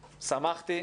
שמחתי,